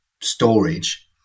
storage